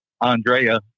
andrea